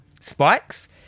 spikes